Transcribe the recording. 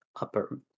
upper